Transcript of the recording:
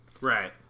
Right